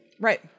Right